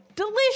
delicious